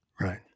Right